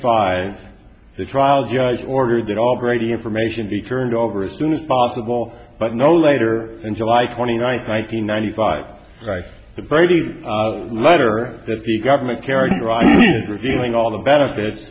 five the trial judge ordered that all brady information be turned over as soon as possible but no later in july twenty ninth one nine hundred ninety five the brady letter that the government characterized revealing all the benefit